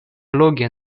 flugi